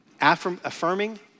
affirming